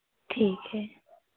ठीक है